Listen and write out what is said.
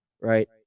right